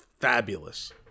fabulous